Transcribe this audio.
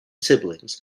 siblings